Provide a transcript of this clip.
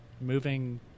moving